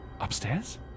Upstairs